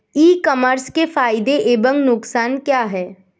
ई commerce के फायदे एवं नुकसान क्या हैं?